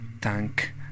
tank